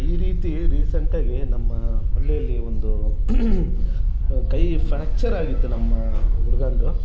ಈ ರೀತಿ ರೀಸೆಂಟಾಗಿ ನಮ್ಮ ಹಳ್ಳಿಯಲ್ಲಿ ಒಂದು ಕೈ ಫ್ಯಾಕ್ಚರ್ ಆಗಿತ್ತು ನಮ್ಮ ಹುಡುಗಂದು